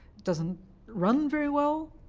doesn't run very well,